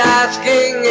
asking